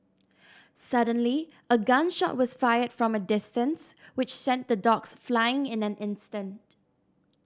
suddenly a gun shot was fired from a distance which sent the dogs fleeing in an instant